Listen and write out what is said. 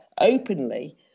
openly